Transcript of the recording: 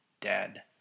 dead